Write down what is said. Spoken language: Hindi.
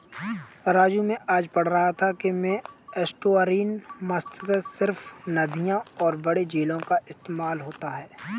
राजू मैं आज पढ़ रहा था कि में एस्टुअरीन मत्स्य सिर्फ नदियों और बड़े झीलों का इस्तेमाल होता है